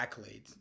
accolades